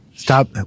Stop